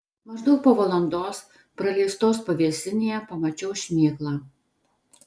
maždaug po valandos praleistos pavėsinėje pamačiau šmėklą